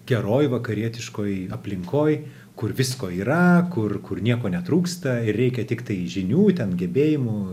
geroj vakarietiškoj aplinkoj kur visko yra kur kur nieko netrūksta reikia tiktai žinių ten gebėjimų